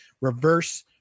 reverse